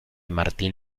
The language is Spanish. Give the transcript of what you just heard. martín